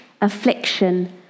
affliction